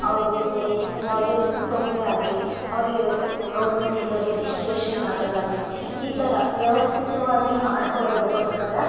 ಅವರಿಗೆ ಯಾವುದೇ ರೀತಿ ತೊಂದರೆ ಆಗಲಿ ಅವರಿಗೆ ಗೌರ್ಮೆಂಟ್ ಇಂದ ರಿಜಿಸ್ಟ್ರೇಷನ್ ಆಗೋದು ಆಗಲಿ ಈ ಥರ ವ್ಯವಸ್ಥಿತವಾಗಿ ಮಾಡಿಕೊಡೋದಕ್ಕೋಸ್ಕರ